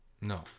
No